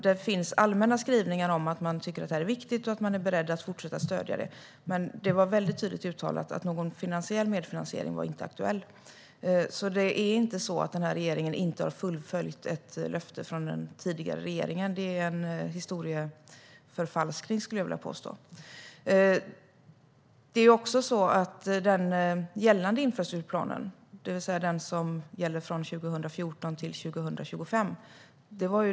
Det finns allmänna skrivningar om att man tycker att detta är viktigt och att man är beredd att fortsätta att stödja det, men det var tydligt uttalat att någon medfinansiering inte var aktuell. Det är inte så att regeringen inte har fullföljt ett löfte från den tidigare regeringen. Det är historieförfalskning, skulle jag vilja påstå. Det var den dåvarande alliansregeringen som fattade beslut om den gällande infrastrukturplanen, det vill säga den som gäller från 2014 till 2025.